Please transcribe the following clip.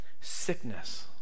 Sickness